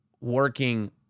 working